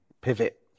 pivot